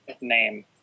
name